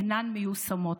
אינן מיושמות.